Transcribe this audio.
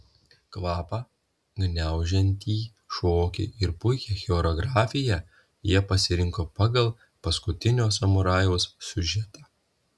kvapą gniaužiantį šokį ir puikią choreografiją jie pasirinko pagal paskutinio samurajaus siužetą